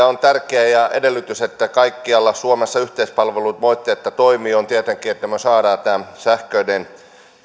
on tärkeä ja edellytys sille että kaikkialla suomessa yhteispalvelut moitteetta toimivat on tietenkin että me saamme tämän sähköisen